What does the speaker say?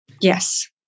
Yes